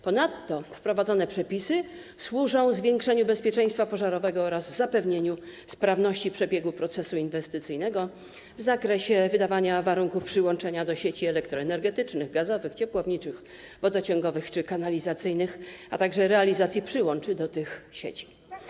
Ponadto wprowadzane przepisy służą zwiększeniu bezpieczeństwa pożarowego oraz zapewnieniu sprawności przebiegu procesu inwestycyjnego w zakresie wydawania warunków przyłączania do sieci elektroenergetycznych, gazowych, ciepłowniczych, wodociągowych czy kanalizacyjnych, a także realizacji przyłączy do tych sieci.